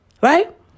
Right